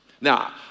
Now